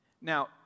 Now